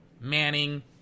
Manning